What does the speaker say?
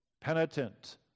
penitent